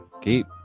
keep